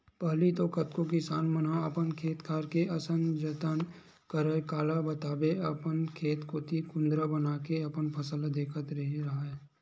पहिली तो कतको किसान मन ह अपन खेत खार के अइसन जतन करय काला बताबे अपन खेत कोती कुदंरा बनाके अपन फसल ल देखत रेहे राहय